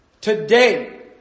Today